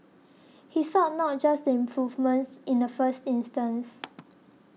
he sought not just the improvements in the first instance